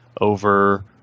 over